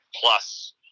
plus